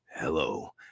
hello